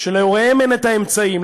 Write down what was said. שלהוריהם אין אמצעים,